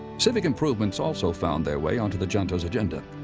civic improvements also found their way onto the junto's agenda.